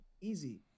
Easy